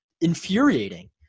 infuriating